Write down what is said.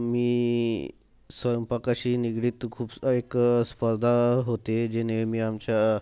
मी स्वयंपाकाशी निगडीत खूपस् एक स्पर्धा होती जी नेहमी आमच्या